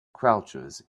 crouches